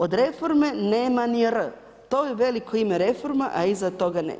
Od reforme nema ni „r“ to je veliko ime reforma, a iza to ne.